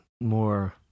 more